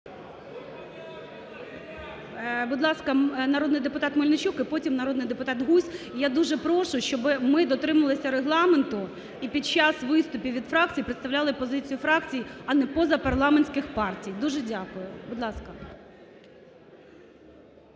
Будь ласка, народний депутат Мельничук і потім народний депутат Гузь. І я дуже прошу, щоб ми дотримувалися регламенту і під час виступів від фракцій представляли позицію фракцій, а не позапарламентських партій. Дуже дякую. Будь ласка,